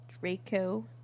Draco